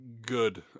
good